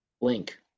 link